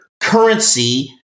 currency